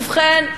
ובכן,